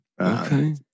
Okay